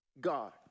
God